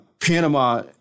Panama